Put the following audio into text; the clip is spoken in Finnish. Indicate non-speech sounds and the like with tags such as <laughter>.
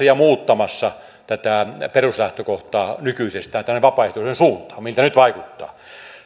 <unintelligible> ja muuttamassa tätä peruslähtökohtaa nykyisestään tänne vapaaehtoisuuden suuntaan miltä nyt vaikuttaa